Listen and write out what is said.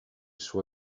suo